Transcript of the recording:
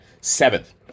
Seventh